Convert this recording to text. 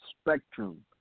spectrum